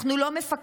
אנחנו לא מפקפקים,